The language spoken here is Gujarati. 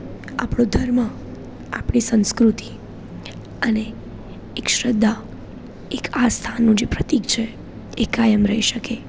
આપણો ધર્મ આપણી સંસ્કૃતિ અને એક શ્રદ્ધા એક આસ્થાનું જે પ્રતિક છે એ કાયમ રહી શકે